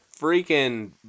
freaking